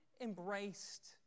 embraced